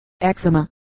Eczema